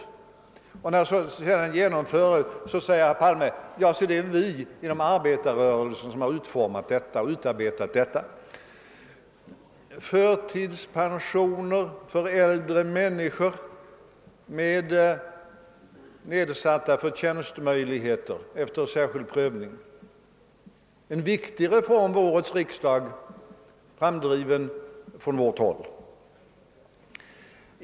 Sedan har de ändå genomförts, och nu säger herr Palme: »Dei är vi inom arbetarrörelsen som har utarbetat och drivit fram detta.» Förtidspensioner, efter särskild prövning, för äldre människor med nedsatta förtjänstmöjligheter är en viktig reform vid årets riksdag, framdriven från vårt håll.